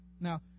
Now